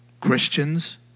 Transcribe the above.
Christians